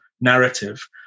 narrative